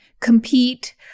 compete